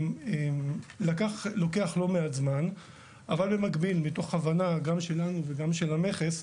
התהליך לוקח לא מעט זמן אבל במקביל מתוך הבנה גם שלנו וגם של המכס,